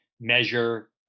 measure